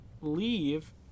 leave